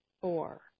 four